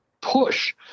push